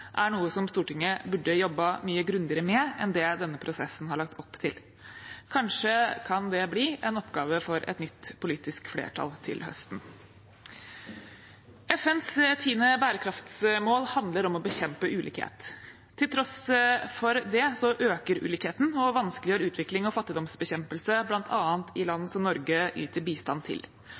er noe Stortinget burde ha jobbet mye grundigere med enn det denne prosessen har lagt opp til. Kanskje kan det bli en oppgave for et nytt politisk flertall til høsten. FNs 10. bærekraftsmål handler om å bekjempe ulikhet. Til tross for det øker ulikheten og vanskeliggjør utvikling og fattigdomsbekjempelse bl.a. i land som Norge yter bistand til.